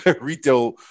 retail